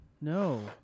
No